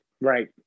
Right